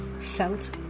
felt